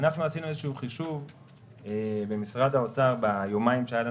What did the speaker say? עשינו חישוב במשרד האוצר ביומיים שהיו לנו,